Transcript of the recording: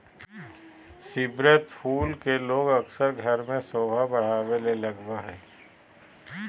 स्रीवत फूल के लोग अक्सर घर में सोभा बढ़ावे ले लगबा हइ